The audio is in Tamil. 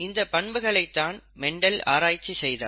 இந்தப் பண்புகளை தான் மெண்டல் ஆராய்ச்சி செய்தார்